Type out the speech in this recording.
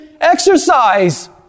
exercise